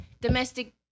domestic